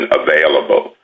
available